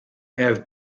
have